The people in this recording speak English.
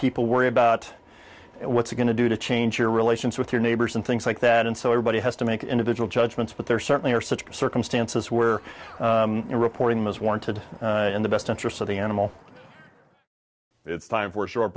people worry about what's going to do to change your relations with your neighbors and things like that and so everybody has to make individual judgments but there certainly are such circumstances where the reporting was warranted in the best interest of the animal it's time for short